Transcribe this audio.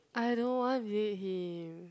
I don't want date him